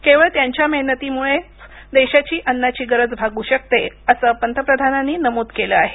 केवळ त्यांच्या मेहनतीमुळे च देशाची अन्नाची गरज भागू शकते असं पंतप्रधानांनी नमूद केलं आहे